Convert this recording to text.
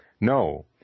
No